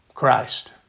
Christ